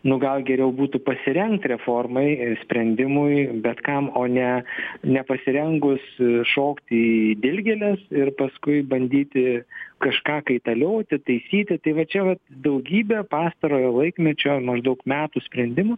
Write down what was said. nu gal geriau būtų pasirengt reformai sprendimui bet kam o ne nepasirengus šokti į dilgėles ir paskui bandyti kažką kaitalioti taisyti tai vat čia vat daugybė pastarojo laikmečio maždaug metų sprendimų